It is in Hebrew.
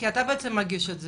אתה בעצם מגיש את זה.